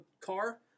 car